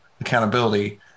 accountability